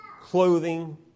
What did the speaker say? clothing